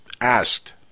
asked